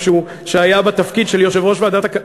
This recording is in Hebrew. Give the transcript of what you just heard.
שהיה בתפקיד של יושב-ראש ועדת הכלכלה,